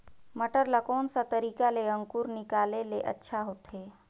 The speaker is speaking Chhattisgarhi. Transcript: मटर ला कोन सा तरीका ले अंकुर निकाले ले अच्छा होथे?